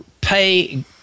pay